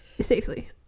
Safely